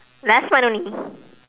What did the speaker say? last month only